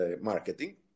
marketing